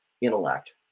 intellect